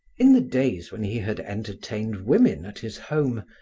in the days when he had entertained women at his home,